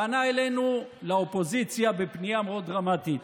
פנה אלינו, לאופוזיציה, בפנייה מאוד דרמטית: